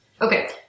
Okay